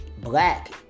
black